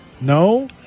no